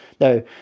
Now